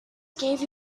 gave